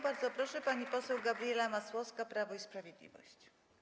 Bardzo proszę, pani poseł Gabriela Masłowska, Prawo i Sprawiedliwość.